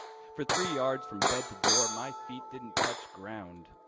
for three yards from bed to door. my feet didn't touch ground.